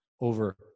over